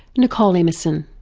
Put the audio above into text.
nicole emerson.